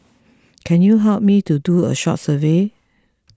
can you help me to do a short survey